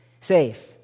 Safe